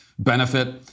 benefit